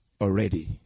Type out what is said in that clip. already